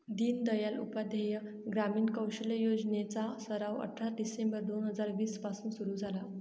दीनदयाल उपाध्याय ग्रामीण कौशल्य योजने चा सराव अठरा डिसेंबर दोन हजार वीस पासून सुरू झाला